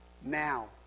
Now